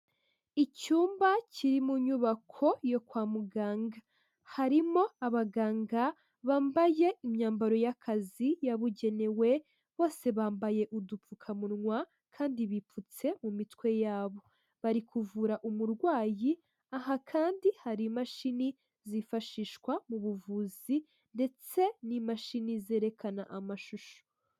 Icyumba kiri mu nyubako yo kwa muganga, harimo abaganga bambaye imyambaro y'akazi yabugenewe, bose bambaye udupfukamunwa kandi bipfutse mu mitwe yabo, bari kuvura umurwayi aha kandi hari imashini zifashishwa mu buvuzi ndetse n'imashini zerekana amashusho.